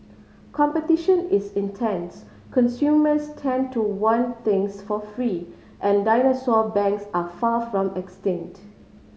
competition is intense consumers tend to want things for free and dinosaur banks are far from extinct